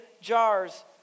jars